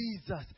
Jesus